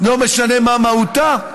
לא משנה מה מהותה?